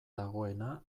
dagoena